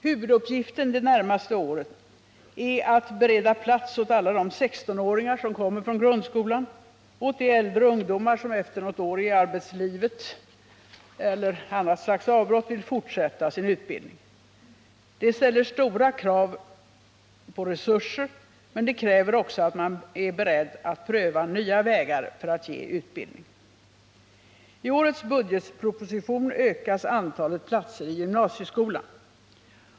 Huvuduppgiften de närmaste åren är att bereda plats åt alla de 16-åringar som kommer från grundskolan och åt de äldre ungdomar som efter något år i arbetslivet eller efter något annat avbrott vill fortsätta sin utbildning. Det ställer stora krav på resurser, men det kräver också att man är beredd att pröva nya vägar för att ge utbildning. I årets budgetproposition ökas antalet platser i gymnasieskolan.